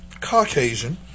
Caucasian